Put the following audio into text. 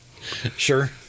sure